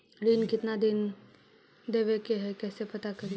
ऋण कितना देवे के है कैसे पता करी?